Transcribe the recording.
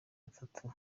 atatu